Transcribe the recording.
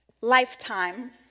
Lifetime